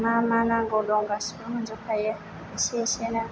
मामा नांगौ दं गासिबो मोनजोब खायो इसे इसेनो